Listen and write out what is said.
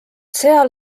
seal